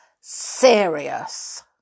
serious